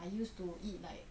I used to eat like